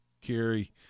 carry